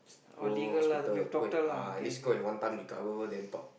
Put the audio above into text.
go hospital go and uh least go and one time recover then talk